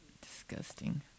Disgusting